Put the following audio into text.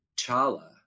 Chala